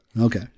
okay